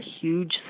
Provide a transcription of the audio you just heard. huge